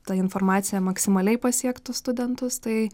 ta informacija maksimaliai pasiektų studentus tai